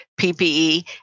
PPE